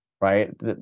right